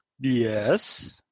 Yes